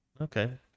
Okay